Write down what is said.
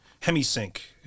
hemi-sync